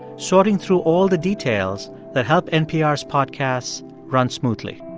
sorting through all the details that help npr's podcasts run smoothly.